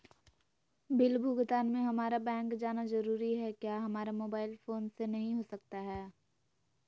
Bill भुगतान में हम्मारा बैंक जाना जरूर है क्या हमारा मोबाइल फोन से नहीं हो सकता है?